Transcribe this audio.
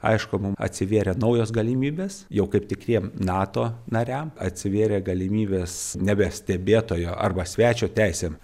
aišku mum atsivėrė naujos galimybės jau kaip tikriem nato nariam atsivėrė galimybės nebe stebėtojo arba svečio teisėm